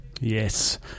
Yes